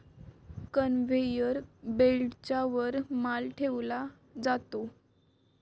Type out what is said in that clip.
conveyor बेल्टच्या वर माल ठेवला जातो